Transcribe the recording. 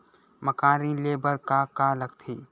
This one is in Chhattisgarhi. मकान ऋण ले बर का का लगथे?